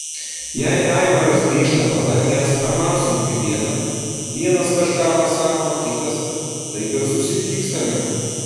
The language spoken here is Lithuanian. jei aivaras grįžta pavargęs ar man sunki diena vienas kažką pasako kitas taip ir susipykstame